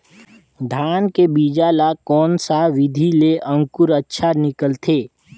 धान के बीजा ला कोन सा विधि ले अंकुर अच्छा निकलथे?